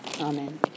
amen